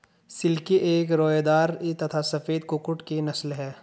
silkie एक रोएदार तथा सफेद कुक्कुट की नस्ल है